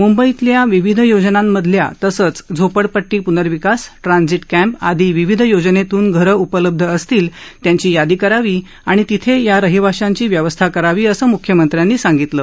म्ंबईतील विविध योजनांमधल्या तसेच झोपडपट्टी प्नर्विकास ट्रान्झिट कॅम्प आदी विविध योजनेतून घरे उपलब्ध असतील त्यांची यादी करावी आणि तेथे या रहिवाशांची व्यवस्था करावी असं म्ख्यमंत्र्यांनी सांगितलं